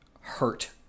hurt